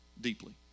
deeply